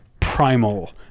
primal